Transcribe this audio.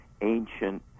ancient